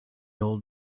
old